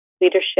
leadership